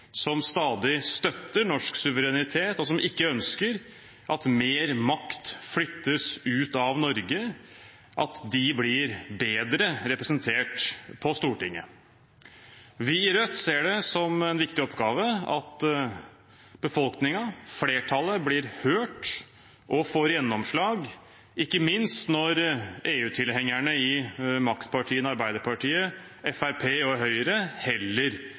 som stadig støtter norsk suverenitet, og som ikke ønsker at mer makt flyttes ut av Norge, blir bedre representert på Stortinget. Vi i Rødt ser det som en viktig oppgave at befolkningen, flertallet, blir hørt og får gjennomslag, ikke minst når EU-tilhengerne i maktpartiene Arbeiderpartiet, Fremskrittspartiet og Høyre heller